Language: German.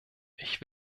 ich